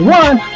one